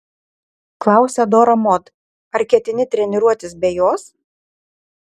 klausia dora mod ar ketini treniruotis be jos